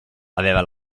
aveva